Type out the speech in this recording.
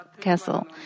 castle